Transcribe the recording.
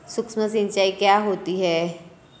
सुक्ष्म सिंचाई क्या होती है?